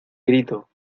grito